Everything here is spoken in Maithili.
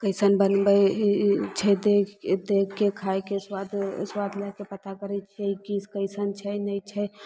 कैसन बनबय छै एतेक एतेक खाइके स्वाद स्वाद लए कऽ पता करय छियै कि कैसन छै नहि छै